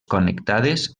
connectades